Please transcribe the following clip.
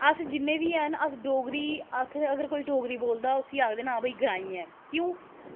अस जि'न्ने बी हैन अस डोगरी अगर कोई डोगरी बोलदा ऐ उसी भई आखदे न ग्रांईं ऐ क्यों